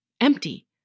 empty